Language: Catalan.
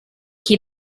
qui